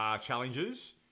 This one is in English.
challenges